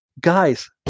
Guys